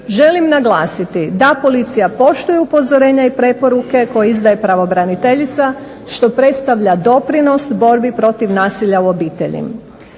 Želim naglasiti da policija poštuje upozorenja i preporuke koje izdaje pravobraniteljica što predstavlja doprinos borbi protiv nasilja u obitelji.